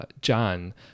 John